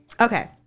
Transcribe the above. Okay